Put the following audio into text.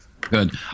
good